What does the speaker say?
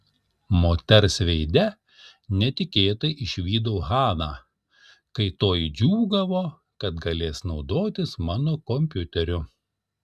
moters veide netikėtai išvydau haną kai toji džiūgavo kad galės naudotis mano kompiuteriu